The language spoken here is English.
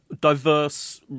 diverse